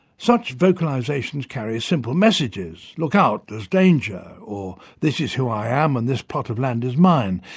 such vocalisations carry simple messages look out, there's danger, or this is who i am and this plot of land is mine.